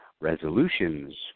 resolutions